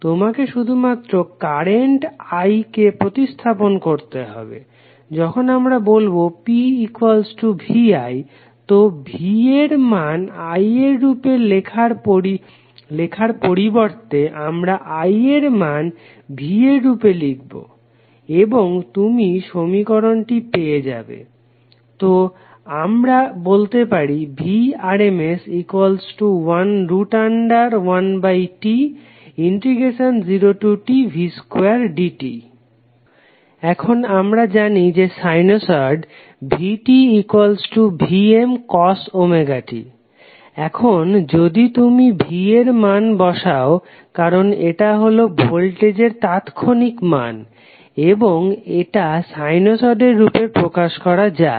তোমাকে শুধুমাত্র current i কে প্রতিস্থাপন করতে হবে যখন আমরা বলবো P vi তো v এর মান i এর রূপে লেখার পরিবর্তে আমরা i এর মান v এর রূপে লিখবো এবং তুমি সমীকরণটি পেয়ে যাবে তো আমরা বলতে পারি Vrms1T0Tv2dt এখন আমরা জানি যে সাইনোসড vtVmcosωt এখন যদি তুমি v এর মান বসাও কারণ এটা হলো ভোল্টেজের তাৎক্ষণিক মান এবং এটা সাইনোসডের রূপে প্রকাশ করা যায়